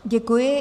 Děkuji.